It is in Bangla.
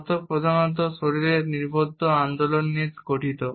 দত্তক প্রধানত শরীরের নিবদ্ধ আন্দোলন গঠিত